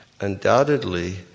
undoubtedly